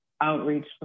outreach